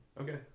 Okay